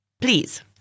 Please